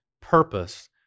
purpose